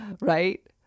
Right